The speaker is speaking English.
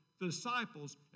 disciples